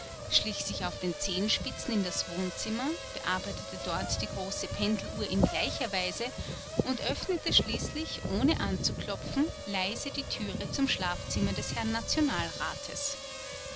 schlich sich auf den zehenspitzen in das wohnzimmer bearbeitete dort die große pendeluhr in gleicher weise und öffnete schließlich ohne anzuklopfen leise die türe zum schlafzimmer des herrn